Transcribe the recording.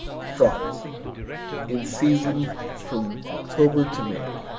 france in season from october to may.